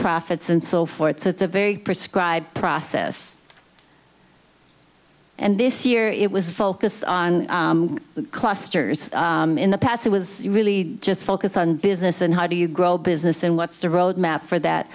profits and so forth so it's a very prescribe process and this year it was focused on clusters in the past it was really just focused on business and how do you grow business and what's the road map for that